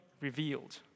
revealed